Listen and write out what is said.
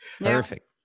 Perfect